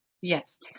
Yes